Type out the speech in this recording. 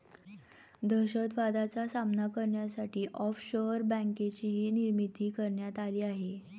दहशतवादाचा सामना करण्यासाठी ऑफशोअर बँकेचीही निर्मिती करण्यात आली आहे